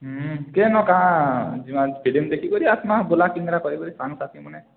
ହୁଁ କେନ କା ଯିମା ଫିଲିମ୍ ଦେଖିକରି ଆସ୍ମା ବୁଲା କିନ୍ଦ୍ରା କରିକିରି ସାଙ୍ଗସାଥିମାନେ